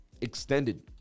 Extended